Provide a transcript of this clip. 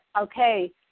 okay